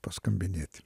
pa skambinėt